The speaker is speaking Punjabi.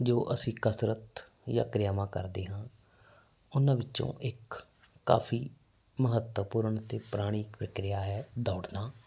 ਜੋ ਅਸੀਂ ਕਸਰਤ ਜਾਂ ਕਿਰਿਆਵਾਂ ਕਰਦੇ ਹਾਂ ਉਹਨਾਂ ਵਿੱਚੋਂ ਇੱਕ ਕਾਫੀ ਮਹੱਤਵਪੂਰਨ ਤੇ ਪੁਰਾਣੀ ਕਿਰਿਆ ਹੈ ਦੌੜਨਾ